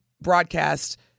broadcast